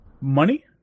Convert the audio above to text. money